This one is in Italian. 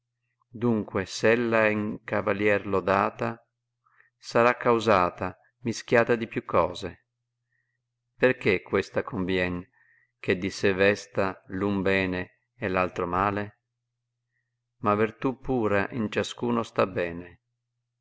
dunque seirè in cavalier lodata sarà causata mischiata di più cose perchè questa goutien che di se vesta l'un bene e l'altro male ma rertù pura in ciascuno sta bene